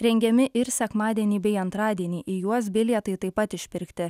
rengiami ir sekmadienį bei antradienį į juos bilietai taip pat išpirkti